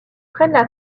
prennent